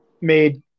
made